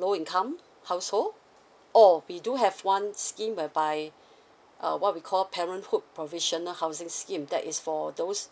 low income household or we do have one scheme whereby uh what we call parenthood provisional housing scheme that is for those